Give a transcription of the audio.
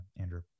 Andrew